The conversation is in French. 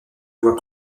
voit